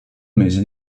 mese